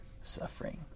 suffering